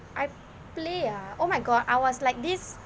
I play ah oh my god I was like this